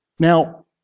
Now